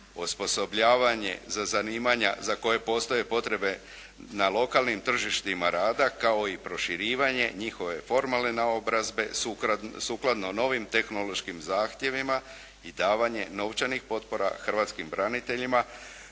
osposobljavanje za zanimanja za koje postoje potrebe na lokalnim tržištima rada kao i proširivanje njihove formalne naobrazbe sukladno novim tehnološkim zahtjevima i davanje novčanih potpora hrvatskim braniteljima